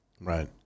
right